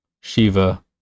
Shiva